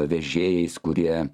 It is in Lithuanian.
vežėjais kurie